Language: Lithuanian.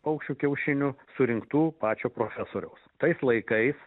paukščių kiaušinių surinktų pačio profesoriaus tais laikais